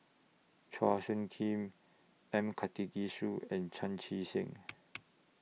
Chua Soo Khim M Karthigesu and Chan Chee Seng